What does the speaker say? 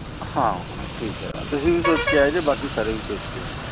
ਹਾਂ ਹਾਂ ਠੀਕ ਹੈ ਤੁਸੀਂ ਵੀ ਸੋਚ ਕੇ ਆਇਓ ਜੀ ਬਾਕੀ ਸਾਰੇ ਵੀ ਸੋਚ ਕੇ ਆਉਣ